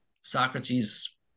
Socrates